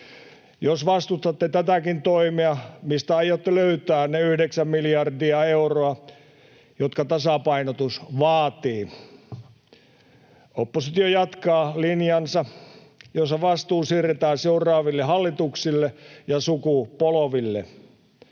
Jos vastustatte tätäkin toimea, mistä aiotte löytää ne yhdeksän miljardia euroa, jotka tasapainotus vaatii? Oppositio jatkaa linjaansa, jossa vastuu siirretään seuraaville hallituksille ja sukupolville.